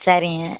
சரிங்க